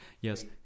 Yes